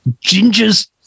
ginger's